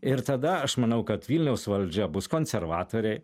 ir tada aš manau kad vilniaus valdžia bus konservatoriai